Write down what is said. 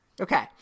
okay